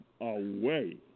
away